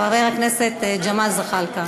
חבר הכנסת ג'מאל זחאלקה.